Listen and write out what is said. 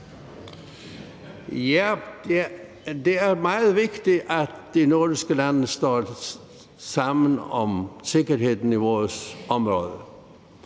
at det er afgørende, at de nordeuropæiske lande står sammen om sikkerheden i vores nærområde?